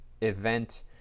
event